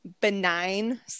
benign